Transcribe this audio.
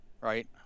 right